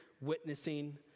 witnessing